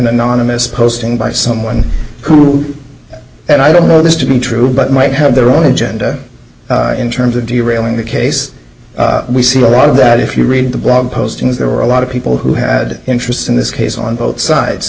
anonymous posting by someone who and i don't know this to be true but might have their own agenda in terms of do you railing the case we see a lot of that if you read the blog postings there were a lot of people who had interest in this case on both sides